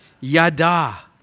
Yada